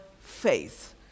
faith